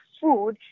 food